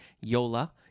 Yola